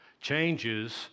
changes